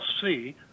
see